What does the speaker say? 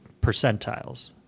percentiles